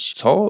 co